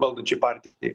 valdančiai partijai